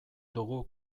dugu